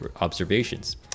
observations